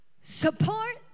Support